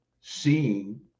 seeing